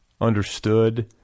understood